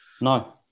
No